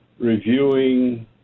reviewing